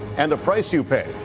and the price you pay.